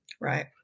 Right